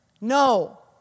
No